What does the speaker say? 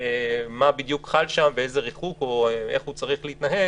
מה בדיוק חל שם ואיזה ריחוק או איך הוא צריך להתנהג,